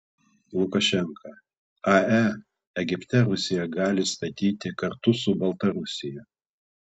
lukašenka ae egipte rusija gali statyti kartu su baltarusija